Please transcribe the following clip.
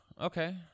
Okay